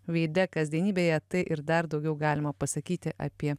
veide kasdienybėje tai ir dar daugiau galima pasakyti apie